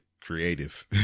creative